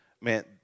Man